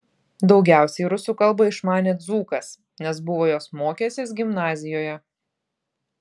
daugiausiai rusų kalbą išmanė dzūkas nes buvo jos mokęsis gimnazijoje